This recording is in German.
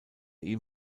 ihm